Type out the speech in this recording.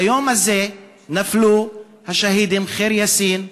ביום הזה נפלו השהידים ח'יר יאסין,